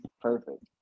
Perfect